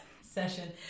session